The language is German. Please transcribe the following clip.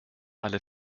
alle